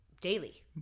daily